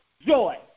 joy